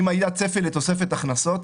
אם היה צפי לתוספת הכנסות,